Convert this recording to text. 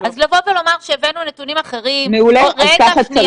אז לבוא ולומר שהבאנו נתונים אחרים --- מעולה אז ככה צריך.